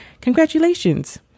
congratulations